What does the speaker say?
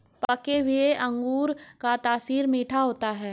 पके हुए अंगूर का तासीर मीठा होता है